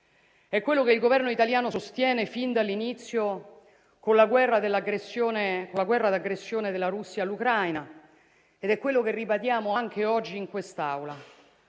È quello che il Governo italiano sostiene fin dall'inizio con la guerra d'aggressione della Russia all'Ucraina ed è quello che ribadiamo anche oggi in quest'Aula: